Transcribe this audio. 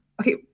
Okay